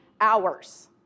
hours